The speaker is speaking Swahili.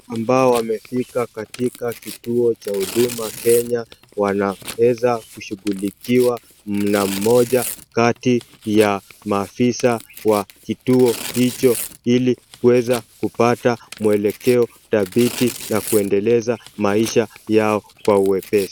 Ambao wamefika katika kituo cha Huduma Kenya wanaweza kushughulikiwa mara moja kati ya maafisa wa kituo hicho ilikuweza kupata muelekeo dhabiti na kuendeleza maisha yao kwa wepepsi.